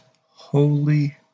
Holy